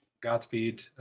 Godspeed